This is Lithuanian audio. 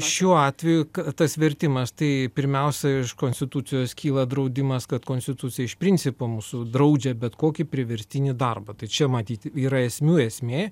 šiuo atveju tas vertimas tai pirmiausia iš konstitucijos kyla draudimas kad konstitucija iš principo mūsų draudžia bet kokį priverstinį darbą tai čia matyt yra esmių esmė